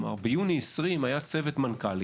ביוני שנת 2020, היה צוות מנכ״לים